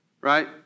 right